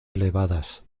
elevadas